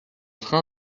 train